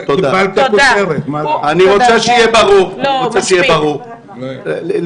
השר לשיתוף פעולה אזורי עיסאווי פריג': קיבלת כותרת.